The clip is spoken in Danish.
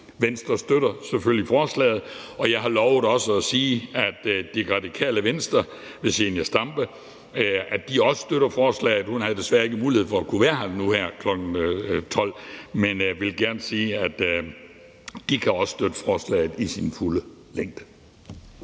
Venstre støtter selvfølgelig forslaget. Jeg har også lovet at sige, at Radikale Venstre ved Zenia Stampe også støtter forslaget. Hun havde desværre ikke mulighed for at kunne være her kl. 12.00, men hun ville gerne sige, at de også kan støtte forslaget i sin fulde længde.